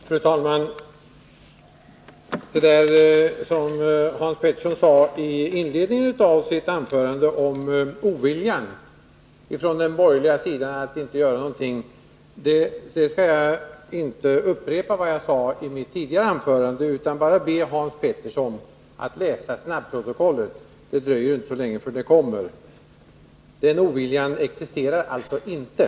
Fru talman! Hans Pettersson i Helsingborg talade i inledningen av sitt anförande om oviljan från den borgerliga sidan att göra någonting. Jag skall inte upprepa vad jag sade i mitt tidigare anförande på den punkten. Jag vill bara be Hans Pettersson läsa snabbprotokollet; det dröjer ju inte så länge förrän det kommer. Den oviljan existerar alltså inte.